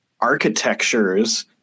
architectures